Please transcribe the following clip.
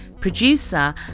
producer